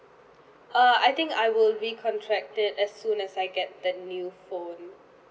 uh I think I will re-contract it as soon as I get the new phone